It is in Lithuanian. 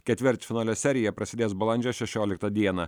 ketvirtfinalio serija prasidės balandžio šešioliktą dieną